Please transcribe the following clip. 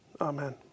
Amen